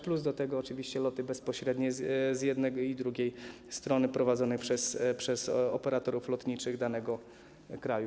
Plus do tego oczywiście loty bezpośrednie z jednej i z drugiej strony prowadzone przez operatorów lotniczych danego kraju.